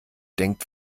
denkt